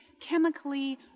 chemically